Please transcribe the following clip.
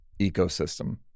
ecosystem